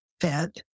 fed